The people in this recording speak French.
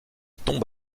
tombe